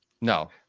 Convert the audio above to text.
No